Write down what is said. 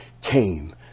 came